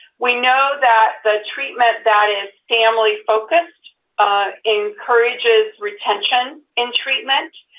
we know that the treatment that is family-focused encourages retention in treatment,